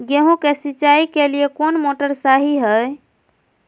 गेंहू के सिंचाई के लिए कौन मोटर शाही हाय?